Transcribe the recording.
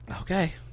okay